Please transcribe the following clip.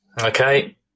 Okay